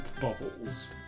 bubbles